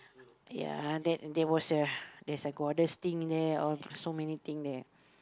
ya that that was a there's a goddess thing there all so many thing there